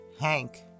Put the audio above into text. Hank